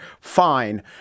Fine